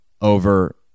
over